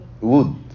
wood